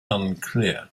unclear